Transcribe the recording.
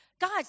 Guys